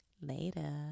later